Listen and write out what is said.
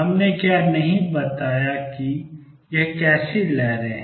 हमने क्या नहीं बताया कि ये कैसी लहरें हैं